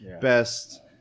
best